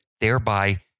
thereby